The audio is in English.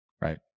right